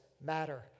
matter